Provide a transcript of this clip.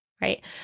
right